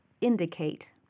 indicate